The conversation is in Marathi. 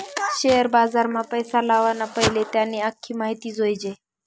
शेअर बजारमा पैसा लावाना पैले त्यानी आख्खी माहिती जोयजे